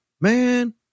man